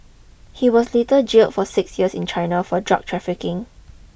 he was later jailed for six years in China for drug trafficking